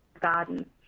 garden